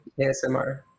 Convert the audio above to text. ASMR